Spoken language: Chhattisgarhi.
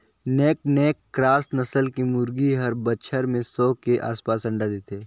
नैक्ड नैक क्रॉस नसल के मुरगी हर बच्छर में सौ के आसपास अंडा देथे